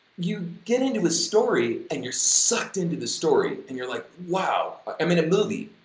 you get into the story and you're sucked into the story and you're like, wow i'm in a movie,